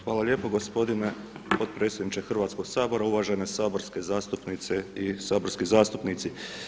Hvala lijepo gospodine potpredsjedniče Hrvatskoga sabora, uvažene saborske zastupnice i saborski zastupnici.